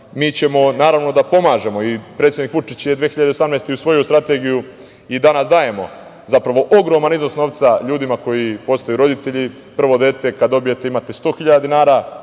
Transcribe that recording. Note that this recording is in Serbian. Mi ćemo naravno da pomažemo i predsednik Vučić je 2018. godine usvojio strategiju i danas dajemo zapravo ogroman iznos novca ljudima koji postaju roditelji. Prvo dete kada dobijete imate 100 hiljada